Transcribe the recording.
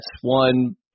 one